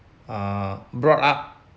brought up